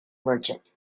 merchant